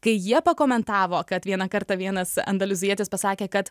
kai jie pakomentavo kad vieną kartą vienas andolizietis pasakė kad